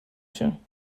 شون